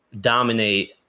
dominate